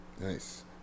Nice